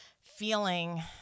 feeling